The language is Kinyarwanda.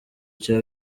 cya